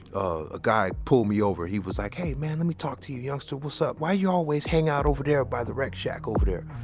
a guy pulled me over. he was like, man, let me talk to you, youngster what's up? why you always hanging out over there by the rec shack over there?